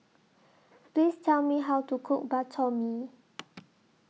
Please Tell Me How to Cook Bak Chor Mee